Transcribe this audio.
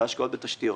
השקעות בתשתיות,